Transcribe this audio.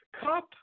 Cup